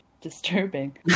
disturbing